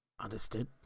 Understood